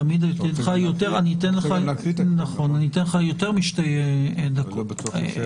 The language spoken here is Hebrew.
אני אתן לך יותר משתי דקות.